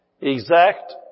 exact